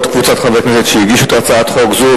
קבוצת חברי כנסת שהגישו את הצעת החוק הזו,